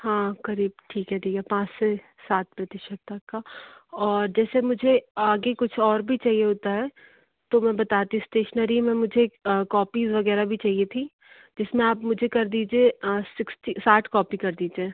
हाँ क़रीब ठीक है ठीक है पाँच से सात प्रतिशत तक का और जैसे मुझे आगे कुछ और भी चाहिए होता है तो मैं बताती इस्टेशनरी में मुझे कौपिज़ वग़ैरह भी चाहिए थी जिसमें आप मुझे कर दीजिए सिक्स्टी साठ कौपी कर दीजिए